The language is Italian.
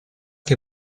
che